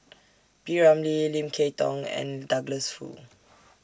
P Ramlee Lim Kay Tong and Douglas Foo